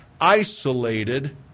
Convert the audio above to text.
isolated